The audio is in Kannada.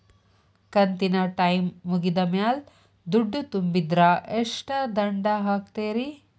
ಕಂತಿನ ಟೈಮ್ ಮುಗಿದ ಮ್ಯಾಲ್ ದುಡ್ಡು ತುಂಬಿದ್ರ, ಎಷ್ಟ ದಂಡ ಹಾಕ್ತೇರಿ?